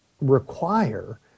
require